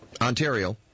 Ontario